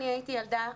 אני הייתי ילדה,